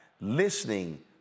listening